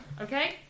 Okay